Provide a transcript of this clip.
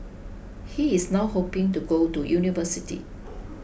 he is now hoping to go to university